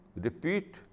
repeat